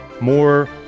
more